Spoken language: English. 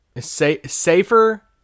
Safer